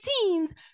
teams